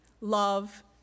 love